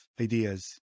ideas